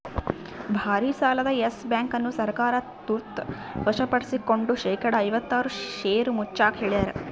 ಭಾರಿಸಾಲದ Yes Bank ಅನ್ನು ಸರ್ಕಾರ ತುರ್ತ ವಶಪಡಿಸ್ಕೆಂಡು ಶೇಕಡಾ ಐವತ್ತಾರು ಷೇರು ಮುಚ್ಚಾಕ ಹೇಳ್ಯಾರ